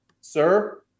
Sir